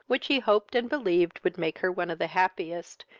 which he hoped and believed would make her one of the happiest,